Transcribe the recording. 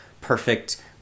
perfect